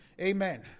Amen